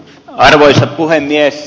arvoisa puhemies